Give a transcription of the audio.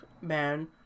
man